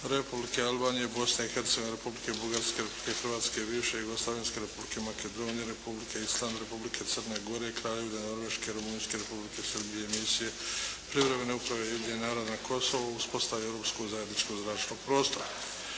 Republike Albanije, Bosne i Hercegovine, Republike Bugarske, Republike Hrvatske, bivše jugoslavenske Republike Makedonije, Republike Island, Republike Crne gore, Kraljevine Norveške, Rumunjske, Republike Srbije i Misije privremene uprave Ujedinjenih naroda na Kosovu o uspostavi europskog zajedničkog zračnog prostora,